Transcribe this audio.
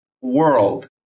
world